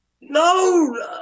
No